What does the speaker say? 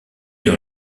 dans